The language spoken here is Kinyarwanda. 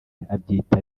abyita